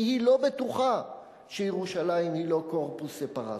כי היא לא בטוחה שירושלים היא לא corpus separatum.